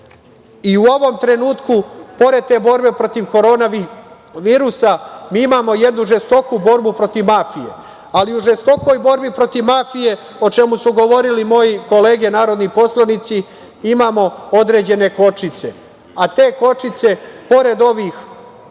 ovom trenutku pored te borbe protiv korona virusa mi imamo jednu žestoku borbu protiv mafije. Ali, u žestokoj borbi protiv mafije, o čemu su govorili moje kolege narodni poslanici, imamo određene kočnice, a te kočnice pored ovih